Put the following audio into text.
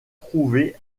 prouvée